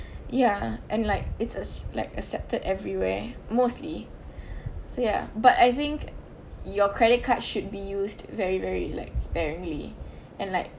ya and like it's a like accepted everywhere mostly so ya but I think your credit card should be used very very like sparingly and like